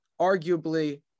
arguably